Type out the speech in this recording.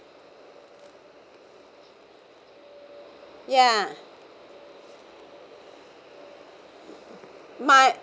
yeah my